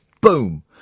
Boom